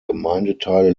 gemeindeteile